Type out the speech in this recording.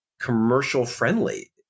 commercial-friendly